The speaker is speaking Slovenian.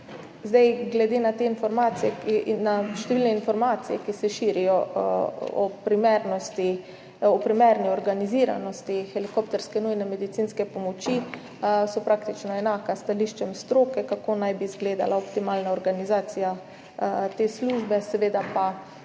pomoči. Številne informacije, ki se širijo o primerni organiziranosti helikopterske nujne medicinske pomoči, so praktično enake stališčem stroke, kako naj bi izgledala optimalna organizacija te službe. Da